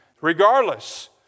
regardless